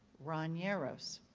ron yaros.